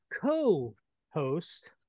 co-host